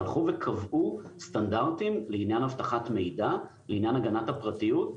הלכו וקבעו סטנדרטים לעניין אבטחת מידע ולעניין הגנת הפרטיות,